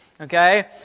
Okay